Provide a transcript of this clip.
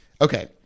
Okay